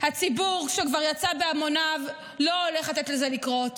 הציבור שכבר יצא בהמוניו לא הולך לתת לזה לקרות,